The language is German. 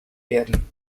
werden